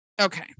Okay